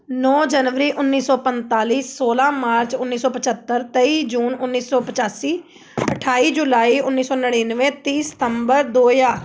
ਨੌ ਜਨਵਰੀ ਉੱਨੀ ਸੌ ਪੰਤਾਲੀ ਸੋਲਾਂ ਮਾਰਚ ਉਨੀ ਸੌ ਪਝੱਤਰ ਤੇਈ ਜੂਨ ਉੱਨੀ ਸੋ ਪਚਾਸੀ ਅਠਾਈ ਜੁਲਾਈ ਉਨੀ ਸੌ ਨੜਿਨਵੇਂ ਤੀਹ ਸਤੰਬਰ ਦੋ ਹਜ਼ਾਰ